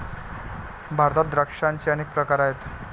भारतात द्राक्षांचे अनेक प्रकार आहेत